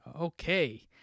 Okay